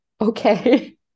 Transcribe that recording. okay